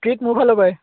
treat মোৰ ফালৰ পাই